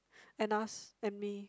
and us and me